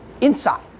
inside